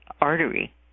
artery